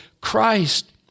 Christ